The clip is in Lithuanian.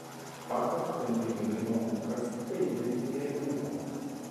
pakas kantriai mėgino praskaidrinti jai ūpą